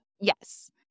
Yes